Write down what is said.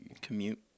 commute